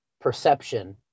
perception